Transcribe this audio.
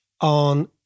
on